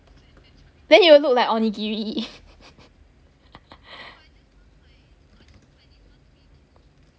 then you will look like onigiri